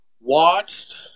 watched